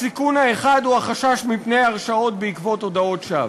הסיכון האחד הוא החשש מפני הרשעות בעקבות הודאות שווא,